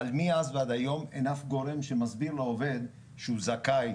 אבל מאז ועד היום אין אף גורם שמסביר לעובד שהוא זכאי